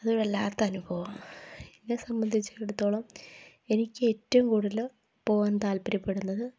അതൊരു വല്ലാത്ത അനുഭവമാണ് എന്നെ സംബന്ധിച്ചിടത്തോളം എനിക്കേറ്റവും കൂടുതല് പോകാൻ താൽപര്യപ്പെടുന്നത്